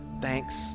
Thanks